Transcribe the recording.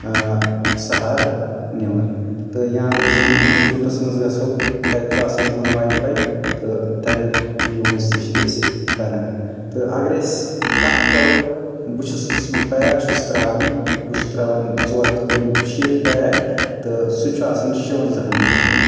سہارٕ نِوان تہٕ یا اَگر أسۍ کُنہِ انسٹچوٹس منٛز گژھو تَتہِ چھُ آسان تِمن واے فاے تہٕ تمیُک یوٗز تہِ چھِ أسۍ کران تہٕ اَگر أسۍ کَتھ کرو بہٕ چھُس یُس بہٕ پیک چھُس تراوان بہٕ چھُس تراوان ژور ہَتھ کُنہٕ شيٖتھ پیک تہٕ سُہ چھُ آسان شُوَنٛزہن دۄہن پٮ۪ٹھ